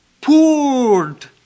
poured